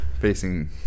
facing